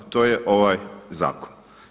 To je ovaj zakon.